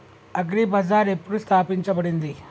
Agri Bazaar ఎప్పుడు స్థాపించబడింది?